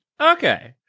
Okay